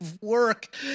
work